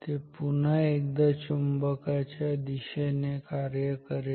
ते पुन्हा एकदा चुंबकाच्या गतीच्या दिशेनेच कार्य करेल